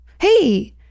Hey